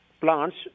plants